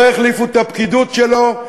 לא החליפו את הפקידות שלו,